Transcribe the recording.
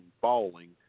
falling